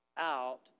out